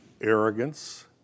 arrogance